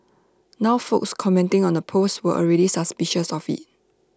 now folks commenting on the post were already suspicious of IT